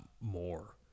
more